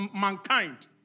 mankind